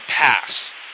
pass